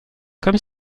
comme